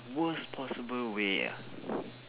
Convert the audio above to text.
worst possible way ah